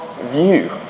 view